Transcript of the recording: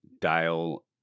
dial